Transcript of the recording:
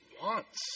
wants